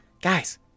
Guys